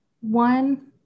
one